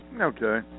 Okay